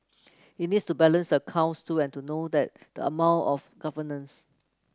he needs to balance the accounts too and to know that the mall of governance